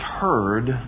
heard